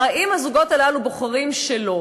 הרי אם הזוגות הללו בוחרים שלא,